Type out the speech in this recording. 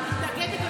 אני מתנגדת,